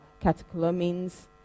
catecholamines